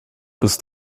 bist